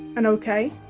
and okay